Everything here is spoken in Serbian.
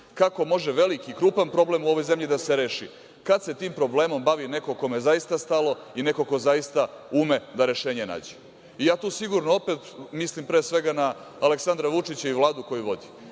Kako može veliki i krupan problem da se reši? Kada se tim problemom bavi neko kome je zaista stalo i neko ko zaista ume da rešenje nađe? Ja to sigurno, opet mislim pre svega na Aleksandra Vučića i Vladu koju vodi.